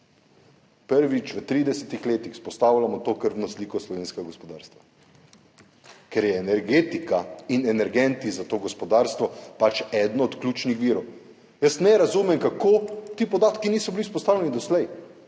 Prvič v 30 letih vzpostavljamo to krvno sliko slovenskega gospodarstva, ker so energetika in energenti za gospodarstvo pač eden od ključnih virov. Jaz ne razumem, kako ti podatki niso bili doslej